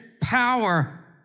power